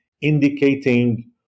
indicating